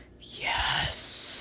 yes